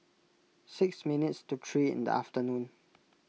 six minutes to three in the afternoon